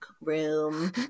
room